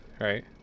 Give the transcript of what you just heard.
right